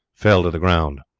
fell to the ground.